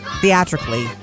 theatrically